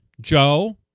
Joe